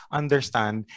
understand